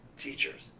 teachers